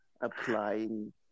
applying